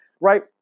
right